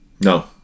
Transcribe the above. No